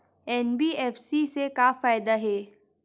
NBFC से का फ़ायदा हे?